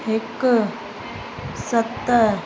हिक सत